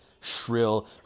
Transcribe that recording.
shrill